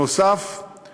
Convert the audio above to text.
נוסף על כך,